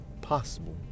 possible